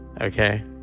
Okay